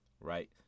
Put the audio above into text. Right